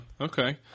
okay